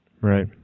right